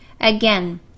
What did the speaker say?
Again